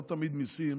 לא תמיד מיסים